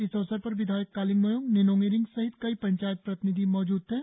इस अवसर पर विधायक कालिंग मोयोंग निनोंग इरिंग सहित कई पंचायत प्रतिनिधि मौजूद थे